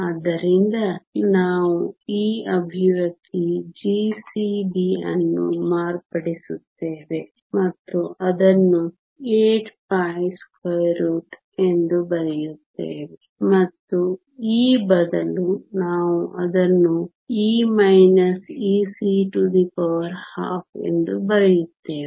ಆದ್ದರಿಂದ ನಾವು ಈ ಎಕ್ಸ್ಪ್ರೆಶನ್ gCB ಅನ್ನು ಮಾರ್ಪಡಿಸುತ್ತೇವೆ ಮತ್ತು ಅದನ್ನು 8 ಎಂದು ಬರೆಯುತ್ತೇವೆ ಮತ್ತು E ಬದಲು ನಾವು ಅದನ್ನು 12 ಎಂದು ಬರೆಯುತ್ತೇವೆ